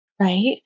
right